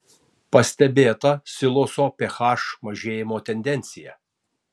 pastebėta siloso ph mažėjimo tendencija